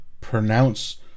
pronounce